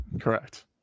Correct